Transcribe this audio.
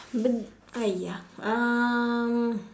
but !aiya! um